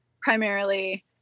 primarily